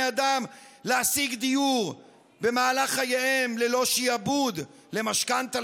אדם להשיג דיור במהלך חייהם ללא שעבוד למשכנתה,